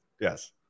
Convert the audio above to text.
Yes